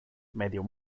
medio